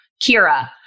Kira